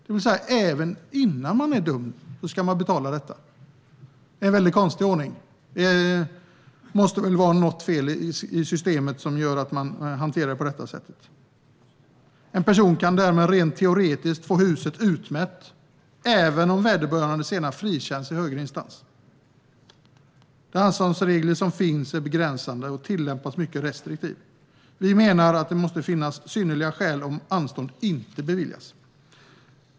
Man ska alltså betala innan man är dömd - en väldigt konstig ordning. Det måste vara något fel i systemet som gör att detta hanteras på det sättet. En person kan därmed rent teoretiskt få huset utmätt även om vederbörande senare frikänns i högre instans. De anståndsregler som finns är begränsade och tillämpas mycket restriktivt. Vi menar att det måste finnas synnerliga skäl om anstånd inte beviljas.